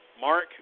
Mark